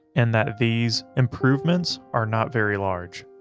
and that these improvements are not very large.